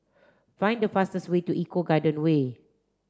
find the fastest way to Eco Garden Way